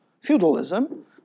feudalism